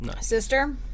sister